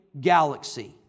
galaxy